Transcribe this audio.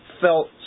felt